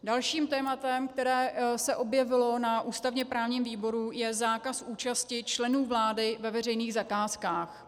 Dalším tématem, které se objevilo na ústavněprávním výboru, je zákaz účasti členů vlády ve veřejných zakázkách.